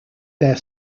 their